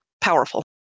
powerful